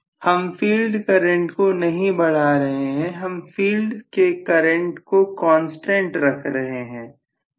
professor हम field current को नहीं बढ़ा रहे हैं हम फील्ड के करंट को कांस्टेंट रख रहे हैं